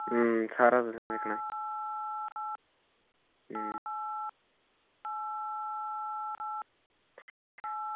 सारा तुसें दिक्खना